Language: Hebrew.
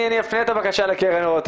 כלומר אף אחד לבד לא יכול.